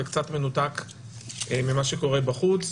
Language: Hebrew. וקצת מנותק ממה שקורה בחוץ.